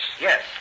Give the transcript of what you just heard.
Yes